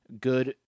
good